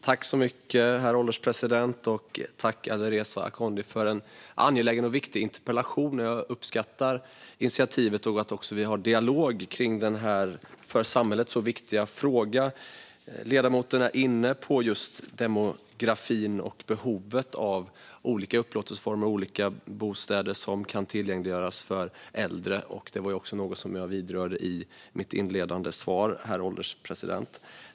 Herr ålderspresident! Tack för en angelägen och viktig interpellation, Alireza Akhondi! Jag uppskattar initiativet till en dialog kring denna för samhället så viktiga fråga. Ledamoten är inne på demografin och behovet av olika upplåtelseformer och olika bostäder som kan tillgängliggöras för äldre. Det var också något jag berörde i mitt inledande svar, herr ålderspresident.